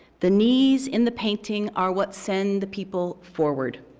the knees in the painting are what send the people forward,